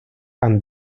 and